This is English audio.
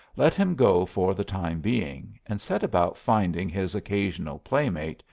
let him go for the time being, and set about finding his occasional playmate,